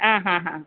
ആ ആ ആ